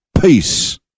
Peace